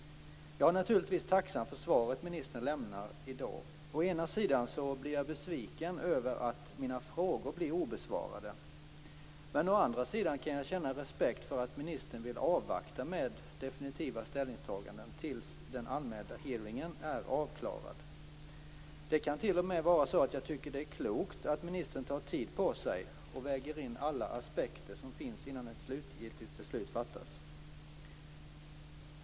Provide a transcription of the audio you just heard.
Jag är naturligtvis tacksam för det svar ministern lämnat i dag. Å ena sidan blir jag besviken över att mina frågor blir obesvarade, men å andra sidan kan jag känna respekt för att ministern vill avvakta med definitiva ställningstaganden tills den anmälda hearingen är avklarad. Det kan t.o.m. vara så att jag tycker det är klokt att ministern tar tid på sig och väger in alla aspekter som finns innan ett slutgiltigt beslut fattas.